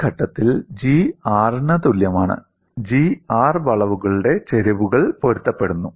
ഈ ഘട്ടത്തിൽ G 'R ന്' തുല്യമാണ് G R വളവുകളുടെ ചരിവുകൾ പൊരുത്തപ്പെടുന്നു